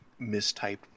mistyped